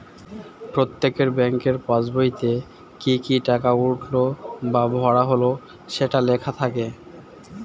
প্রত্যেকের ব্যাংকের পাসবইতে কি কি টাকা উঠলো বা ভরা হলো সেটা লেখা থাকে